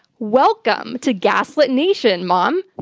welcome to gaslit nation, mom.